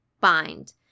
bind